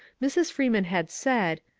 mrs. freeman had said,